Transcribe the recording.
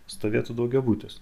stovėtų daugiabutis